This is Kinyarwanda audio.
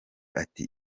ati